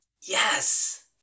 Yes